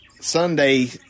Sunday